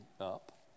up